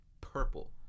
purple